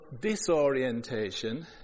disorientation